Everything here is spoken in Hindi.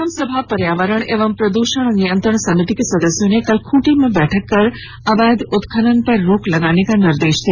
विधानसभा पर्यावरण एवं प्रद्रषण नियंत्रण समिति के सदस्यों ने कल खूंटी में बैठक कर अवैध उत्खनन पर रोक लगाने का निर्देश दिया